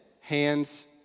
hands